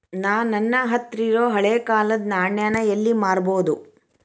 ನಾ ನನ್ನ ಹತ್ರಿರೊ ಹಳೆ ಕಾಲದ್ ನಾಣ್ಯ ನ ಎಲ್ಲಿ ಮಾರ್ಬೊದು?